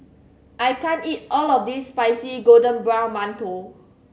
I can't eat all of this crispy golden brown mantou